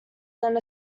than